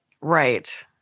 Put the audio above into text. Right